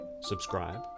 subscribe